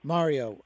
Mario